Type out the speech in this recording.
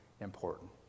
important